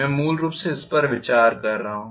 मैं मूल रूप से इस पर विचार कर रहा हूं